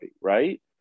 right